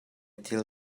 thil